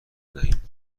ندهیم